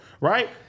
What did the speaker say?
Right